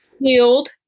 Healed